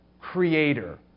creator